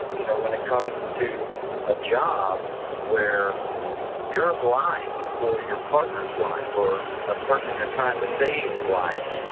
you know, when it comes to a job where your life or your partner's life or a person you're trying to save's life